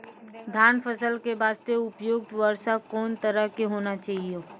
धान फसल के बास्ते उपयुक्त वर्षा कोन तरह के होना चाहियो?